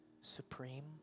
supreme